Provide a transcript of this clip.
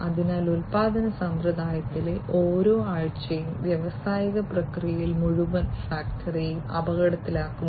അതിനാൽ ഉൽപ്പാദന സമ്പ്രദായത്തിലെ ഓരോ ആഴ്ചയും വ്യാവസായിക പ്രക്രിയയിൽ മുഴുവൻ ഫാക്ടറിയെയും അപകടത്തിലാക്കുന്നു